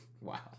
Wow